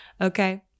okay